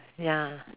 ya